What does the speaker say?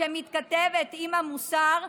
שמתכתבת עם המוסר,